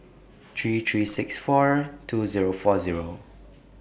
three three six four two Zero four Zero